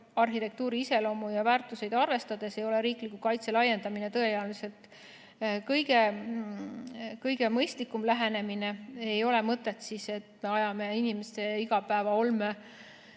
Taluarhitektuuri iseloomu ja väärtusi arvestades ei ole riikliku kaitse laiendamine tõenäoliselt kõige mõistlikum lähenemine. Ei ole mõtet teha nii, et me ajame inimeste igapäeva